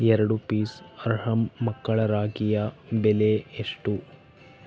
ಎರಡು ಪೀಸ್ ಅರ್ಹಂ ಮಕ್ಕಳ ರಾಖಿಯ ಬೆಲೆ ಎಷ್ಟು